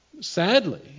Sadly